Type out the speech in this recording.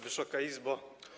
Wysoka Izbo!